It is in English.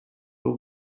were